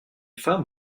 femme